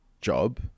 job